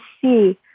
see